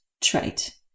trait